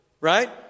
right